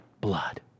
blood